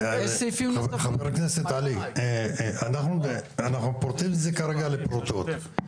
חבר הכנסת עלי, אנחנו פורטים את זה כרגע לפרוטות.